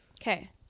Okay